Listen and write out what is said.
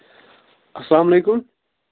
اَسلام علیکُم